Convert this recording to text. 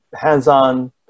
hands-on